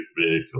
vehicle